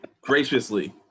Graciously